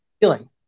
feeling